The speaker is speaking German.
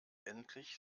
endlich